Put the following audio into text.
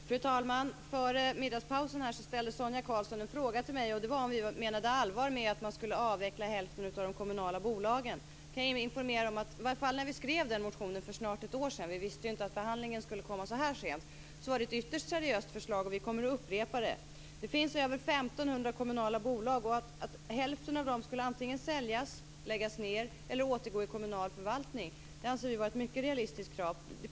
Fru talman! Före middagspausen ställde Sonia Karlsson en fråga till mig. Hon undrade om vi menar allvar med att man skall avveckla hälften av de kommunala bolagen. Jag kan informera om att det i varje fall när vi för snart ett år sedan skrev motionen - vi visste ju inte att behandlingen skulle komma så här sent - var ett ytterst seriöst förslag. Vi kommer att upprepa det. Det finns över 1 500 kommunala bolag. Att hälften av dem skulle säljas, läggas ned eller återgå i kommunal förvaltning anser vi vara ett mycket realistiskt krav.